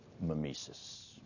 mimesis